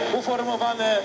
uformowane